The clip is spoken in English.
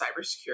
cybersecurity